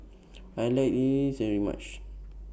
I like very much